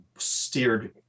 Steered